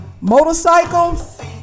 Motorcycles